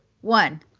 one